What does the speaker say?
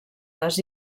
les